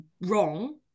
wrong